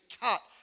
cut